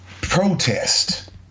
protest